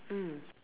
mm